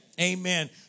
Amen